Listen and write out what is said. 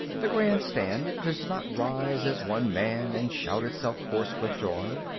the grandstand does not rise as one man and shout itself hoarse with joy.